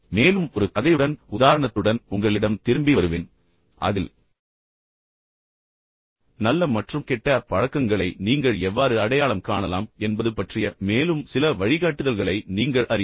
மேலும் ஒரு கதையுடன் உதாரணத்துடன் உங்களிடம் திரும்பி வருவேன் அதில் அடுத்த சொற்பொழிவில் நல்ல மற்றும் கெட்ட பழக்கங்களை நீங்கள் எவ்வாறு அடையாளம் காணலாம் என்பது பற்றிய மேலும் சில வழிகாட்டுதல்களை நீங்கள் அறியலாம்